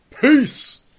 peace